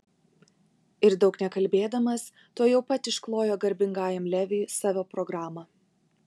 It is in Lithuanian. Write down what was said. ir daug nekalbėdamas tuojau pat išklojo garbingajam leviui savo programą